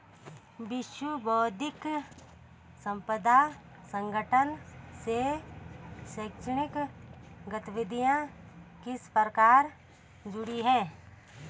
विश्व बौद्धिक संपदा संगठन से शैक्षणिक गतिविधियां किस प्रकार जुड़ी हैं?